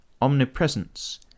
omnipresence